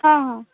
ହଁ ହଁ